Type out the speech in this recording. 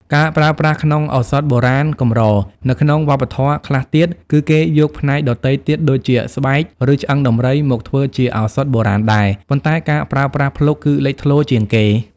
ការប្រើប្រាស់ក្នុងឱសថបុរាណកម្រនៅក្នុងវប្បធម៌ខ្លះទៀត គឺគេយក ផ្នែកដទៃទៀតដូចជាស្បែក ឬឆ្អឹងដំរីមកធ្វើជាឱសថបុរាណដែរ ប៉ុន្តែការប្រើប្រាស់ភ្លុកគឺលេចធ្លោជាងគេ។